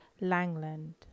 Langland